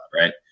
right